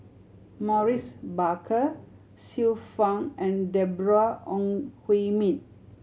Maurice Baker Xiu Fang and Deborah Ong Hui Min